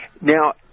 Now